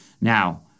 Now